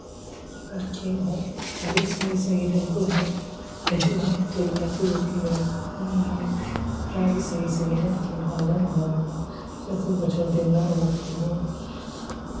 ᱟᱨ ᱠᱷᱮᱞ ᱦᱚᱸ ᱟᱹᱰᱤ ᱥᱟᱺᱜᱤᱧ ᱥᱟᱺᱜᱤᱧ ᱨᱮᱱ ᱠᱚ ᱦᱮᱡᱼᱟ ᱦᱟᱡᱩᱜᱼᱟ ᱟᱨ ᱦᱚᱸ ᱩᱛᱛᱚᱨ ᱫᱤᱱᱟᱡᱯᱩᱨ ᱫᱚᱠᱠᱷᱤᱱ ᱫᱤᱱᱟᱡᱯᱩᱨ ᱠᱷᱚᱱ ᱢᱟᱱᱮ ᱯᱨᱟᱭ ᱜᱮ ᱥᱟᱺᱜᱤᱧ ᱥᱟᱺᱜᱤᱧ ᱨᱮᱱ ᱠᱷᱮᱞ ᱦᱚᱲ ᱞᱮ ᱦᱚᱦᱚᱣᱟᱠᱚᱣᱟ ᱪᱮᱫᱟᱜ ᱥᱮ ᱵᱚᱪᱷᱚᱨ ᱫᱤᱱ ᱨᱮ ᱟᱵᱚ ᱯᱷᱩᱴᱵᱚᱞ